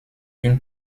une